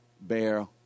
bear